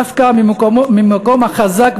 דווקא מהמקום החזק,